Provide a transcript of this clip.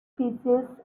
species